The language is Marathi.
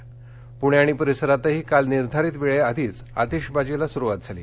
पूणे आणि परिसरातही काल निर्धारित वेळेआधीच आतीषबाजीला सुरुवात झाली